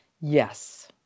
Yes